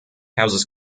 houses